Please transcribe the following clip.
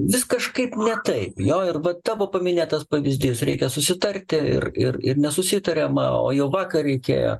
vis kažkaip ne taip jo ir va tavo paminėtas pavyzdys reikia susitarti ir ir ir nesusitariama o jau vakar reikėjo